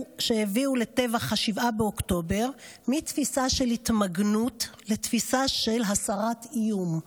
לטבח 7 באוקטובר מתפיסה של התמגנות לתפיסה של הסרת איום.